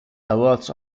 awards